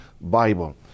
Bible